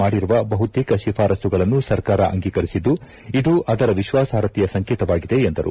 ಮಾಡಿರುವ ಬಹುತೇಕ ಶಿಫಾರಸುಗಳನ್ನು ಸರ್ಕಾರ ಅಂಗೀಕರಿಸಿದ್ದು ಇದು ಅದರ ವಿಶ್ವಾಸಾರ್ಹತೆಯ ಸಂಕೇತವಾಗಿದೆ ಎಂದರು